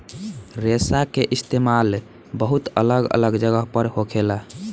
रेशा के इस्तेमाल बहुत अलग अलग जगह पर होखेला